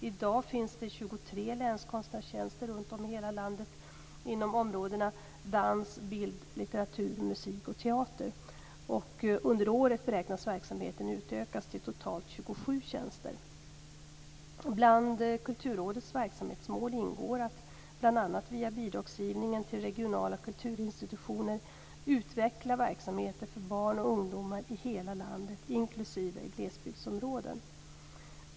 I dag finns 23 länskonstnärstjänster runt om i hela landet inom områdena dans, bild, litteratur, musik och teater. Under året beräknas verksamheten utökas till totalt 27 tjänster. Bland Kulturrådets verksamhetsmål ingår att, bl.a. via bidragsgivningen till regionala kulturinstitutioner, utveckla verksamheter för barn och ungdomar i hela landet, inklusive i glesbygdsområden.